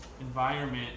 environment